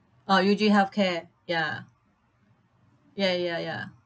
oh usually health care ya ya ya ya